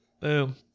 Boom